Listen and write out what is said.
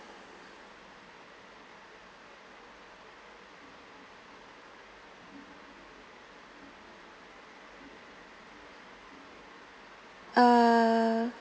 uh